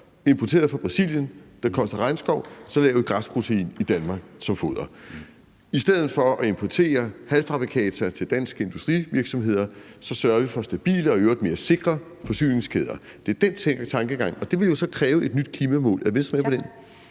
importeret fra Brasilien, der koster regnskov, laver vi græsprotein i Danmark som foder. I stedet for at importere halvfabrikata til danske industrivirksomheder sørger vi for stabile og i øvrigt mere sikre forsyningskæder. Det er den tankegang, og det vil jo så kræve et nyt klimamål. Er Venstre med på den?